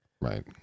right